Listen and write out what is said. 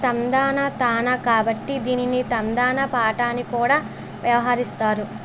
తందానా తానా కాబట్టి దీనిని తందానా పాట అని కూడా వ్యవహరిస్తారు